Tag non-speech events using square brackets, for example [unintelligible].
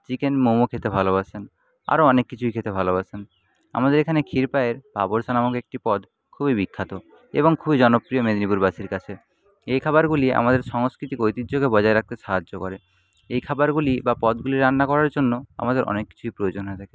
chicken momo খেতে ভালোবাসেন আরো অনেক কিছুই খেতে ভালোবাসেন আমাদের এখানের ক্ষীরপায়েস [unintelligible] এমন একটি পদ খুবই বিখ্যাত এবং খুবই জনপ্রিয় মেদিনীপুরবাসীর কাছে এ খাবারগুলি আমাদের সাংস্কৃতিক ঐতিহ্যকে বজায় রাখতে সাহায্য করে এই খাবারগুলি বা পদগুলি রান্না করার জন্য আমাদের অনেক কিছুই প্রয়োজন হয়ে থাকে